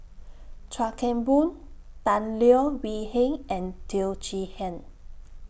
Chuan Keng Boon Tan Leo Wee Hin and Teo Chee Hean